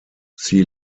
see